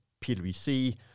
PwC